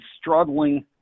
struggling